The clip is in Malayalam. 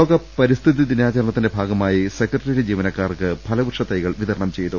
ലോക പരിസ്ഥിതി ദിനാചരണത്തിന്റെ ഭാഗമായി സെക്ര ട്ടറിയേറ്റ് ജീവനക്കാർക്ക് ഫലവൃക്ഷത്തൈകൾ വിതരണം ചെയ്തു